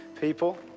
people